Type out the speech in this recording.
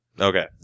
Okay